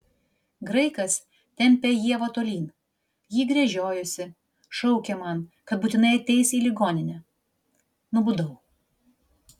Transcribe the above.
graikas tempė ievą tolyn ji gręžiojosi šaukė man kad būtinai ateis į ligoninę nubudau